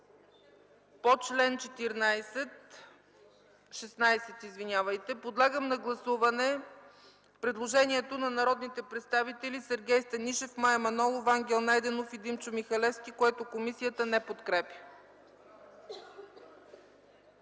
по чл. 16. Подлагам на гласуване предложението на народните представители Сергей Станишев, Мая Манолова, Ангел Найденов и Димчо Михалевски, което комисията не подкрепя.